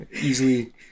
Easily